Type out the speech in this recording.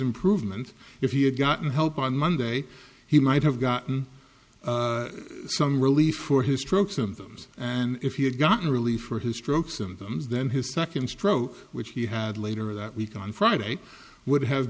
improvement if he had gotten help on monday he might have gotten some relief for his stroke symptoms and if he had gotten relief for his stroke symptoms then his second stroke which he had later that week on friday would have